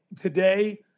today